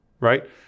right